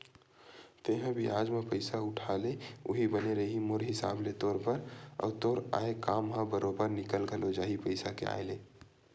तेंहा बियाज म पइसा उठा ले उहीं बने रइही मोर हिसाब ले तोर बर, अउ तोर आय काम ह बरोबर निकल घलो जाही पइसा के आय ले